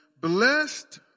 blessed